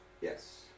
Yes